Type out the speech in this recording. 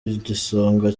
igisonga